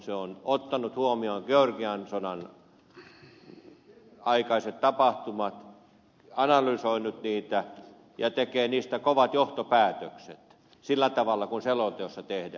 se on ottanut huomioon georgian sodan aikaiset tapahtumat analysoinut niitä ja tekee niistä kovat johtopäätökset sillä tavalla kuin selonteossa tehdään